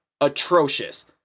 atrocious